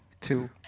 Two